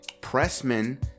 Pressman